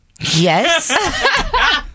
Yes